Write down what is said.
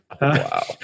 Wow